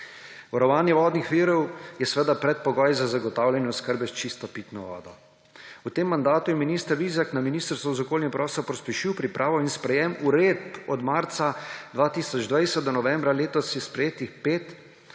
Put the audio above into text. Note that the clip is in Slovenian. Varovanje vodni virov je predpogoj za zagotavljanje oskrbe s čisto pitno vodo. V tem mandatu je minister Vizjak na Ministrstvu za okolje in prostor pospešil pripravo in sprejetje uredb; od marca 2020 do novembra letos je sprejetih pet,